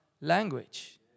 language